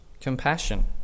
Compassion